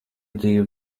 dzīve